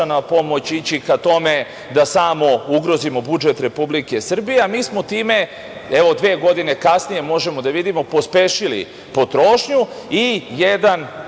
pomoć ići ka tome da smo ugrozimo budžet Republike Srbije, a mi smo time, evo dve godine kasnije možemo da vidimo, pospešili potrošnju i